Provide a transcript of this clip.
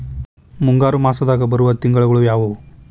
ಮುಂಗಾರು ಮಾಸದಾಗ ಬರುವ ತಿಂಗಳುಗಳ ಯಾವವು?